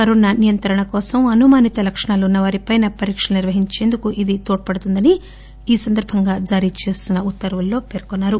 corona నియంత్రణ కోసం అనుమానిత లక్షణాలు ఉన్స వారిపైనా పరీక్షలు నిర్వహించేందుకు ఇది తోడ్పడుతుందని ఈ సందర్బంగా జారీ ఉత్తర్వుల్లో పేర్కొన్నారు